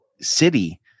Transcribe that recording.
city